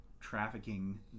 trafficking